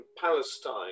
Palestine